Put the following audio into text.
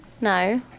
No